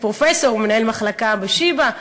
פרופסור, הוא מנהל מחלקה בבית-החולים שיבא,